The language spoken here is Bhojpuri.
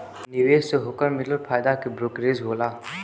निवेश से ओकर मिलल फायदा के ब्रोकरेज होला